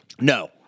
No